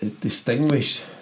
distinguished